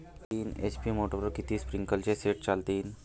तीन एच.पी मोटरवर किती स्प्रिंकलरचे सेट चालतीन?